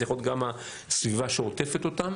זה יכול להיות גם הסביבה שעוטפת אותם.